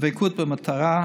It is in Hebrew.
דבקות במטרה,